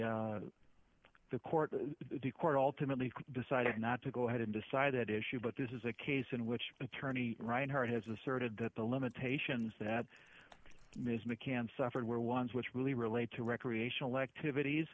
the the court the court ultimately decided not to go ahead and decide that issue but this is a case in which attorney ryan howard has asserted that the limitations that ms mccann suffered were ones which really relate to recreational activities